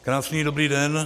Krásný dobrý den.